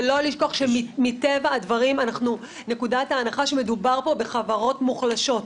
ולא לשכוח שמטבע הדברים נקודת ההנחה שמדובר פה בחברות מוחלשות.